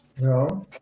No